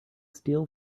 steal